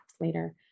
later